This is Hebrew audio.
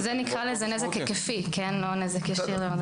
נכון, וזה נקרא נזק היקפי, לא נזק ישיר.